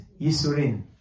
Yisurin